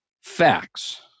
facts